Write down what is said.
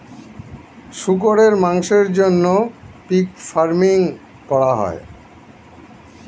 শুকরের মাংসের জন্য পিগ ফার্মিং করা হয়